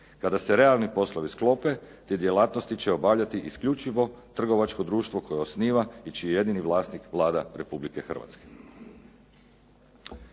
Kada se realni poslovi sklope, te djelatnosti će obavljati isključivo trgovačko društvo koje osniva i čiji je jedini vlasnik Vlada Republike Hrvatske.